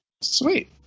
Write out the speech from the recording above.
Sweet